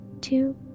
two